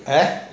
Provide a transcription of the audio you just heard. !huh!